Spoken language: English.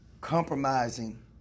compromising